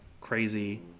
crazy